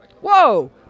Whoa